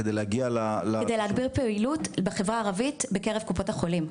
כדי להגביר פעילות בחברה הערבית בקרב קופות החולים,